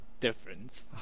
difference